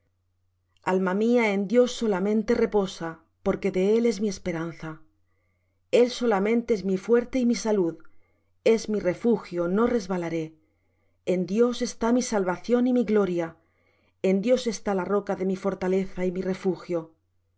alma mía en dios solamente reposa porque de él es mi esperanza el solamente es mi fuerte y mi salud es mi refugio no resbalaré en dios está mi salvación y mi gloria en dios está la roca de mi fortaleza y mi refugio